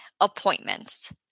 appointments